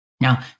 Now